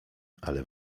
ale